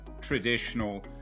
traditional